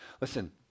Listen